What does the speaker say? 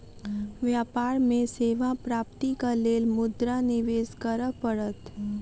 व्यापार में सेवा प्राप्तिक लेल मुद्रा निवेश करअ पड़त